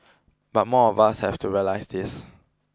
but more of us have to realise this